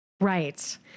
Right